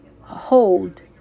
hold